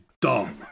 dumb